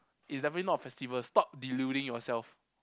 it's definitely not a festival stop deluding yourself